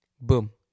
boom